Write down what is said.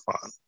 fun